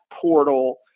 portal